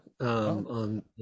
on